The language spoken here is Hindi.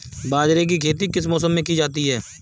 बाजरे की खेती किस मौसम में की जाती है?